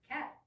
Cat